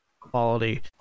quality